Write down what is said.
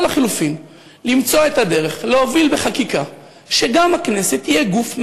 או לחלופין למצוא את הדרך להוביל בחקיקה שגם הכנסת תהיה גוף מבוקר.